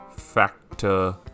Factor